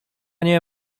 nie